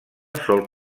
sol